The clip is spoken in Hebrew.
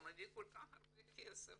לא מביא כל כך הרבה כסף